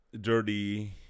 dirty